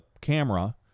camera